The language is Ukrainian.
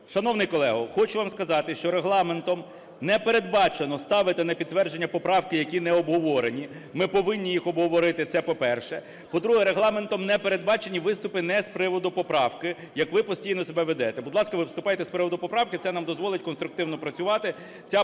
Шановний колего, хочу вам сказати, що Регламентом не передбачено ставити на підтвердження поправки, які не обговорені, ми повинні їх обговорити. Це, по-перше. По-друге. Регламентом не передбачені виступи не з приводу поправки, як ви постійно себе ведете. Будь ласка, ви виступайте з приводу поправки, це нам дозволить конструктивно працювати.